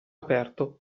aperto